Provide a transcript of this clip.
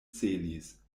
celis